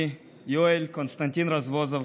אני, יואל קונסטנטין רזבוזוב,